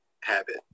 habit